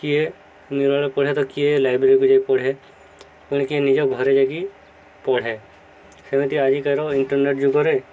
କିଏ ନିରଳ ପଢ଼େ ତ କିଏ ଲାଇବ୍ରେରୀକୁ ଯାଇି ପଢ଼େ ତେଣୁ କିଏ ନିଜ ଘରେ ଯାଇକି ପଢ଼େ ସେମିତି ଆଜିକାର ଇଣ୍ଟରନେଟ୍ ଯୁଗରେ